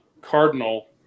Cardinal